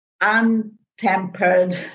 untempered